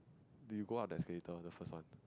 do you go up the escalator the first one